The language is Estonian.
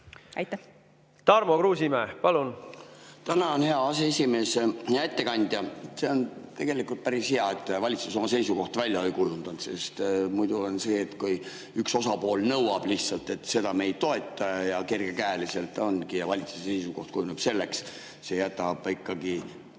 selge. Tarmo Kruusimäe, palun! Tänan, hea aseesimees! Hea ettekandja! See on tegelikult päris hea, et valitsus oma seisukohta välja ei kujundanud, sest muidu on nii, et kui üks osapool nõuab lihtsalt, et seda me ei toeta ja kergekäeliselt, siis ongi, et valitsuse seisukoht kujuneb selle põhjal. Nüüd see jätab ikkagi